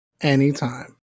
Anytime